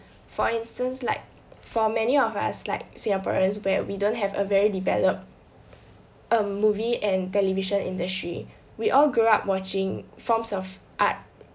for instance like for many of us like singaporeans where we don't have a very developed um movie and television industry we all grew up watching forms of art